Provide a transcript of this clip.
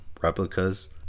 replicas